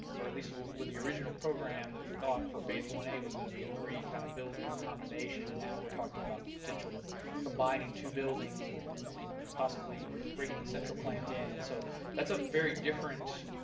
or at least with the original program that we thought for phase one a was gonna be a three kinda kind of building combination and now we're talking about the potential of combining two buildings and and and possibly bringing the central plant in, and so that's a very different